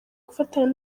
gufatanya